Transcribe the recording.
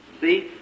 See